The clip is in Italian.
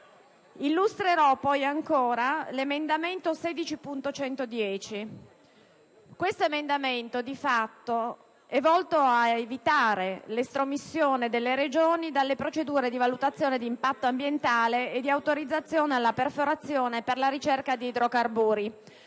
Il successivo emendamento 16.110 di fatto è volto ad evitare l'estromissione delle Regioni dalle procedure di valutazione d'impatto ambientale e di autorizzazione alla perforazione per la ricerca di idrocarburi.